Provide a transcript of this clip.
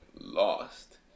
lost